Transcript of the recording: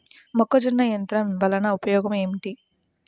మొక్కజొన్న యంత్రం వలన ఉపయోగము ఏంటి?